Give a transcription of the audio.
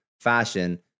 fashion